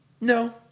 No